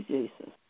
Jesus